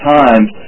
times